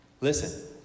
Listen